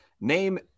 Name